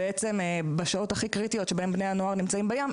למעשה בשעות הכי קריטיות שבהן בני הנוער נמצאים בים,